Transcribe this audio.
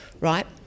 right